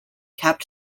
kept